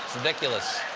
ridiculous.